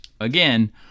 Again